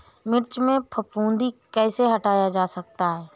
मिर्च में फफूंदी कैसे हटाया जा सकता है?